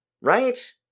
Right